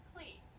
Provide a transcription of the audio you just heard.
Please